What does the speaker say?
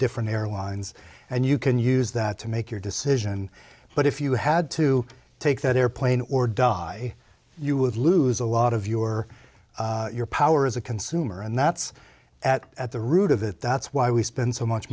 different airlines and you can use that to make your decision but if you had to take that airplane or die you would lose a lot of your your power as a consumer and that's at at the root of it that's why we spend so much